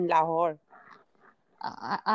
Lahore